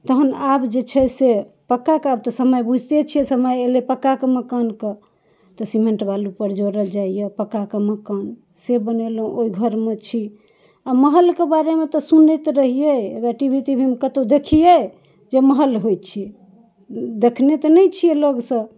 तहन आब जे छै से पक्काके आब तऽ समय बूझिते छियै समय अयलै पक्काके मकानके तऽ सीमेंट बालू पर जोड़ल जाइया पक्काके मकान से बनेलहुॅं ओहि घरमे छी आ महल के बारेमे तऽ सुनैत रहियै वएह टी वी ती वी मे कतौ देखियै जे महल होइ छै देखने तऽ नहि छियै लग सऽ